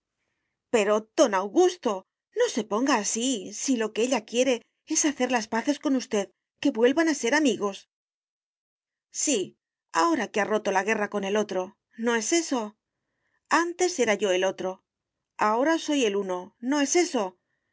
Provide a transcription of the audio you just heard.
pero don augusto no se ponga así si lo que ella quiere es hacer las paces con usted que vuelvan a ser amigos sí ahora que ha roto la guerra con el otro no es eso antes era yo el otro ahora soy el uno no es eso